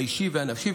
האישי והנפשי,